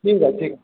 ठीक है ठीक